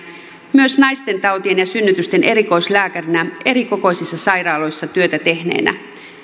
myös naistentautien ja synnytysten erikoislääkärinä erikokoisissa sairaaloissa työtä tehneenä